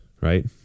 right